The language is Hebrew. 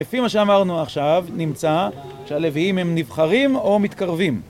לפי מה שאמרנו עכשיו, נמצא שהלוויים הם נבחרים או מתקרבים.